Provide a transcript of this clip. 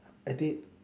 I think